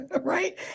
Right